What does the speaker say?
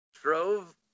drove